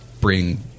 bring –